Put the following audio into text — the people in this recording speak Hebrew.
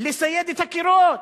לסייד את הקירות.